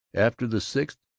after the sixth,